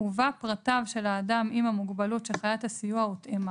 ובה פרטיו של האדם עם המוגבלות שחיית הסיוע הותאמה